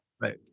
right